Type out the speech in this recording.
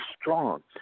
strong